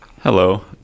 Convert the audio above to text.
Hello